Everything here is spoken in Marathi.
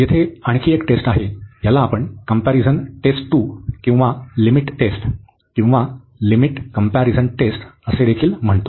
येथे आणखी एक टेस्ट आहे याला आपण कम्पॅरिझन टेस्ट 2 किंवा लिमिट टेस्ट किंवा लिमिट कम्पॅरिझन टेस्टदेखील म्हणतो